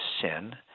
sin